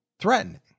threatening